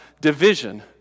division